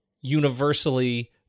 universally